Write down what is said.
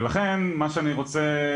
ולכן מה שאני רוצה